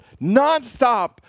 nonstop